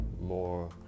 more